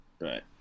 right